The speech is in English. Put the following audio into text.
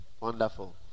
wonderful